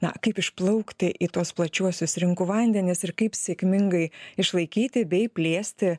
na kaip išplaukti į tuos plačiuosius rinkų vandenis ir kaip sėkmingai išlaikyti bei plėsti